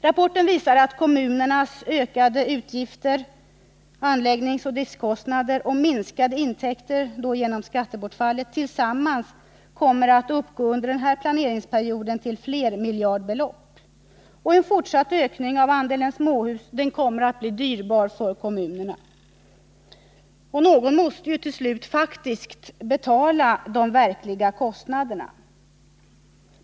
Rapporten visar att kommunernas ökade utgifter — anläggningsoch driftkostnader — och minskade intäkter — genom skattebortfallet — under denna planeringsperiod tillsammans kommer att uppgå till flermiljardbelopp. En fortsatt ökning av andelen småhus kommer att bli dyrbar för kommunerna — någon måste ju till slut faktiskt betala de verkliga kostnaderna.